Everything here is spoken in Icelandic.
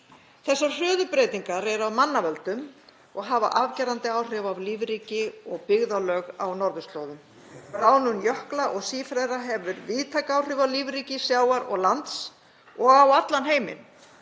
Þessar hröðu breytingar eru af mannavöldum og hafa afgerandi áhrif á lífríki og byggðarlög á norðurslóðum. Bráðnun jökla og sífrera hefur víðtæk áhrif á lífríki sjávar og lands og á allan heiminn.